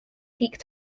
peak